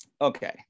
okay